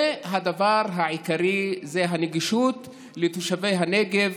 הדבר העיקרי זה הנגישות לתושבי הנגב.